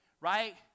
Right